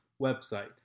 website